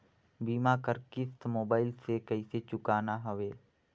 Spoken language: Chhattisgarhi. बीमा कर किस्त मोबाइल से कइसे चुकाना हवे